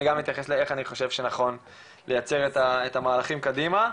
גם אתייחס לאיך אני חושב שנכון לייצר את המהלכים קדימה.